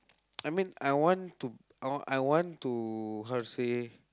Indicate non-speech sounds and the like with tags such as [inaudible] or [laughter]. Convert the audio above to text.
[noise] I mean I want to I I want to how to say